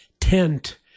tent